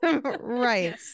Right